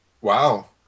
Wow